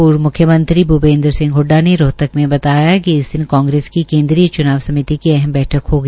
पूर्व मुख्यमंत्री भूपेन्द्र सिंह ह्डडा ने रोहतक में बताया कि इस दिन कांग्रेस की केन्द्रीय च्नाव समिति की अहम बैठक होगी